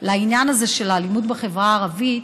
העניין הזה של האלימות בחברה הערבית,